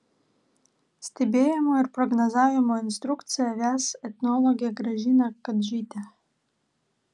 stebėjimų ir prognozavimo instrukciją ves etnologė gražina kadžytė